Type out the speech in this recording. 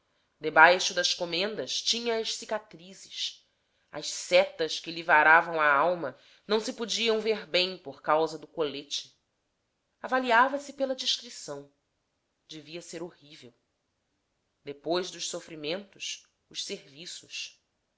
debaixo das comendas tinha as cicatrizes as setas que lhe varavam a alma não se podiam ver bem por causa do colete avaliava se pela descrição devia ser horrível depois dos sofrimentos os serviços